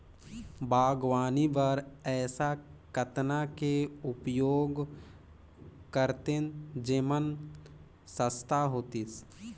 बागवानी बर ऐसा कतना के उपयोग करतेन जेमन सस्ता होतीस?